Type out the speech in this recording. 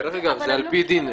זה על פי דין.